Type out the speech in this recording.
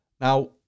Now